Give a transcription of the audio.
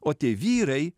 o tie vyrai